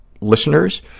listeners